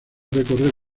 recorrer